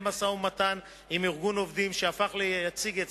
משא-ומתן עם ארגון עובדים שהפך ליציג אצלו,